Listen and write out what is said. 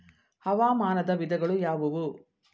ಹವಾಮಾನದ ವಿಧಗಳು ಯಾವುವು?